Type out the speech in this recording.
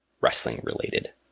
wrestling-related